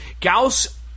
Gauss